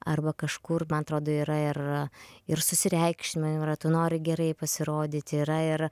arba kažkur man atrodo yra ir ir susireikšminimo yra tu nori gerai pasirodyti yra ir